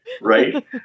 right